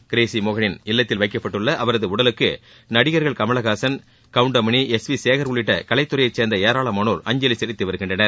Crazy மோகனின் இல்லத்தில் வைக்கப்பட்டுள்ள அவரது உடலுக்கு நடிகா்கள் கமலஹாசன் கவுண்டமணி எஸ் வி சேகர் உள்ளிட்ட கலைத்துறையைச் சேர்ந்த ஏராளமானோர் அஞ்சலி செலுத்தி வருகின்றனர்